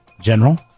general